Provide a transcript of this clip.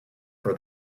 for